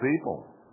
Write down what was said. people